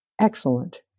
Excellent